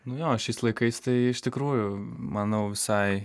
nu jo šiais laikais tai iš tikrųjų manau visai